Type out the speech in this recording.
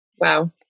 Wow